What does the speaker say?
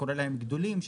כולל גדולים,